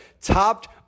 topped